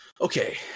Okay